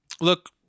Look